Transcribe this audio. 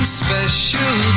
special